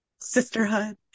sisterhood